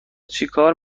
چیکار